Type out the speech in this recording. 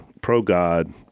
pro-God